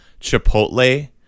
Chipotle